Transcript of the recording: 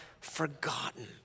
forgotten